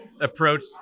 approached